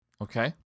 Okay